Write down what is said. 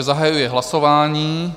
Zahajuji hlasování.